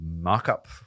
markup